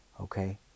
Okay